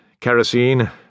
kerosene